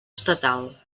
estatal